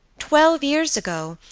twelve years ago,